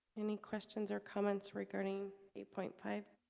any questions or comments regarding eight point five